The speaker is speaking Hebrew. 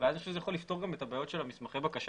ואז אני חושב שאולי זה יכול לפתור את הבעיות של מסמכי הבקשה